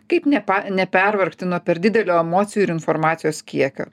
kaip nepa nepervargti nuo per didelio emocijų ir informacijos kiekio